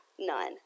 none